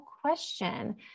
question